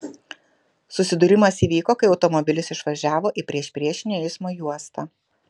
susidūrimas įvyko kai automobilis išvažiavo į priešpriešinio eismo juostą